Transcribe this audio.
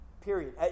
Period